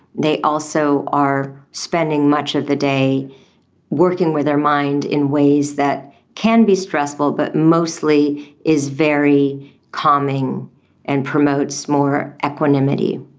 they also are spending much of the day working with their mind in ways that can be stressful but mostly is very calming and promotes more equanimity.